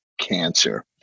cancer